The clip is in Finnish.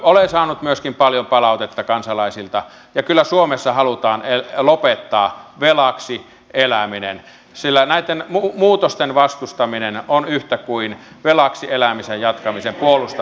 olen saanut myöskin paljon palautetta kansalaisilta ja kyllä suomessa halutaan lopettaa velaksi eläminen sillä näiden muutosten vastustaminen on yhtä kuin velaksi elämisen jatkamisen puolustamista